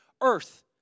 earth